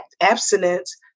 abstinence